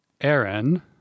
Aaron